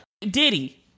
Diddy